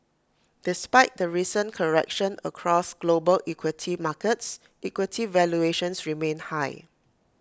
despite the recent correction across global equity markets equity valuations remain high